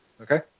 Okay